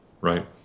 Right